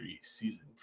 season